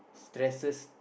stresses